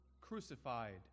crucified